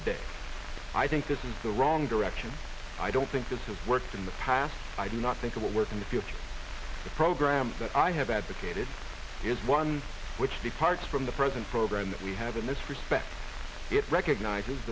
today i think this is the wrong direction i don't think this has worked in the past i do not think it will work in the future the program that i have advocated is one which departs from the present program that we have in this respect it recognizes